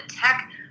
tech